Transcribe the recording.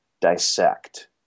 dissect